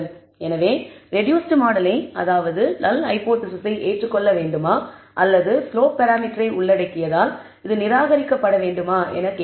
எனவே ரெடூஸ்ட் மாடலை அதாவது நல் ஹைபோதேசிஸை ஏற்றுக்கொள்ள வேண்டுமா அல்லது ஸ்லோப் பராமீட்டரை உள்ளடக்கியதால் இது நிராகரிக்கப்பட வேண்டுமா என கேட்கிறோம்